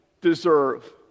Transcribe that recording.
deserve